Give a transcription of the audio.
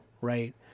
right